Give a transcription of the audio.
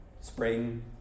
Spring